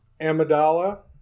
Amidala